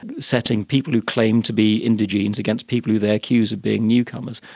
setting people who claim to be indigenes against people who they accuse of being newcomers.